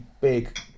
big